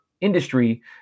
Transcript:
industry